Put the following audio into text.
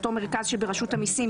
אותו מרכז שברשות המיסים,